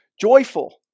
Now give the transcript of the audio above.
joyful